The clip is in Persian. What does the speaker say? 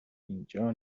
اینجا